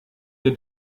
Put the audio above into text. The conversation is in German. wir